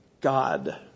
God